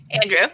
Andrew